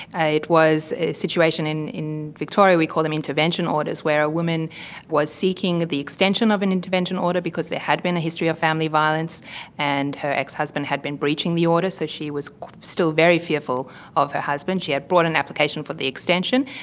it was a situation in in victoria, we call them intervention orders, where a woman was seeking the extension of an intervention order because there had been a history of family violence and her ex-husband had been breaching the order, so she was still very fearful of her husband. she had brought an application for the extension.